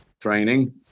training